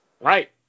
Right